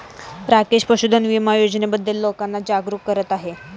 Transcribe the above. राकेश पशुधन विमा योजनेबद्दल लोकांना जागरूक करत आहे